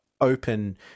open